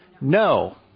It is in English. No